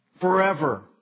forever